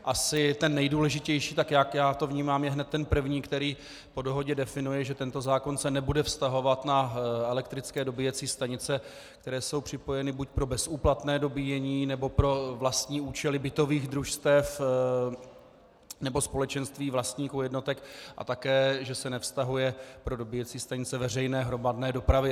Asi ten nejdůležitější, tak jak já to vnímám, je hned ten první, který po dohodě definuje, že tento zákon se nebude vztahovat na elektrické dobíjecí stanice, kterou jsou připojeny buď pro bezúplatné dobíjení, nebo pro vlastní účely bytových družstev nebo společenství vlastníků jednotek, a také že se nevztahuje pro dobíjecí stanice veřejné hromadné dopravy.